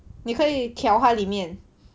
你可以调它里面